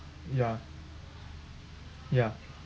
ya ya